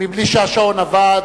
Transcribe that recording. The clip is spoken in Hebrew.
מבלי שהשעון עבד.